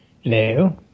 Hello